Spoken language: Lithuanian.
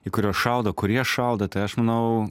į kuriuos šaudo kurie šaudo tai aš manau